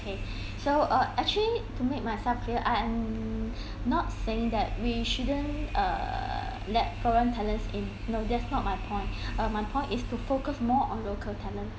okay so uh actually to make myself clear I am not saying that we shouldn't err let foreign talents in no that's not my point uh my point is to focu smore on local talent